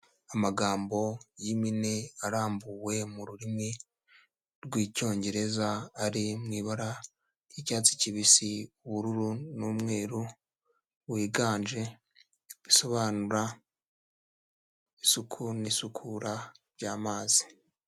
Amagambo y'impine arambuwe mu rurimi rw'Icyongereza, ari mu ibara ry'icyatsi kibisi, ubururu n'umweru wiganje, bisobanura isuku n'isukura by'amazi.